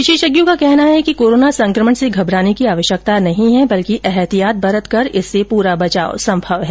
विशेषज्ञों का कहना है कि कोरोना संकमण से घबराने की आवश्यकता नहीं है बल्कि एहतियात बरतकर इससे पूरा बचाव संभव है